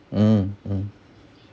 mm mm